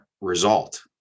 result